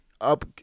Up